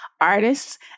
artists